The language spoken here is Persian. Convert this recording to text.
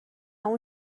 اون